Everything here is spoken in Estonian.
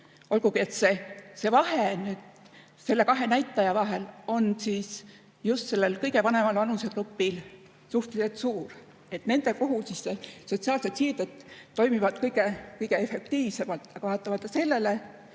olgugi et vahe nende kahe näitaja vahel on just sellel kõige vanemal vanusegrupil suhteliselt suur. Nende puhul sotsiaalsed siirded toimivad kõige efektiivsemalt, aga vaatamata sellele